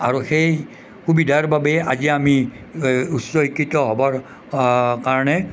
আৰু সেই সুবিধাৰ বাবে আজি আমি উচ্চ শিক্ষিত হ'বৰ কাৰণে